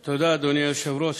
תודה, אדוני היושב-ראש.